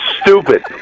stupid